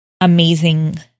amazing